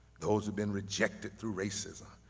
those who've been rejected through racism,